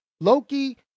Loki